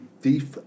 Thief